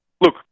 Look